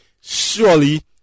surely